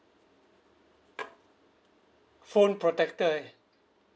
phone protector eh